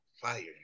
fire